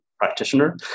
practitioner